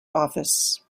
office